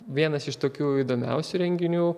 vienas iš tokių įdomiausių renginių